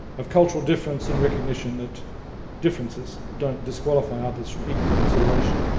of cultural difference and recognition that differences don't disqualify others from equal consideration.